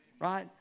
Right